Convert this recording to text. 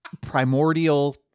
primordial